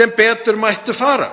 sem betur mættu fara